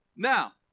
Now